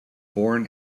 born